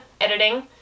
editing